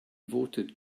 voted